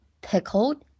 pickled